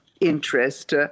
interest